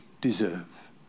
deserve